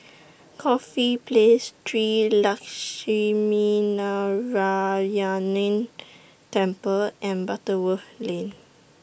Corfe Place Shree Lakshminarayanan Temple and Butterworth Lane